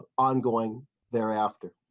ongoing thereafter.